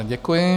Děkuji.